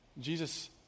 Jesus